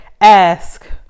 Ask